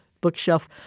bookshelf